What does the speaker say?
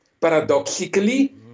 paradoxically